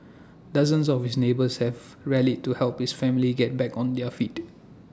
dozens of his neighbours have rallied to help his family get back on their feet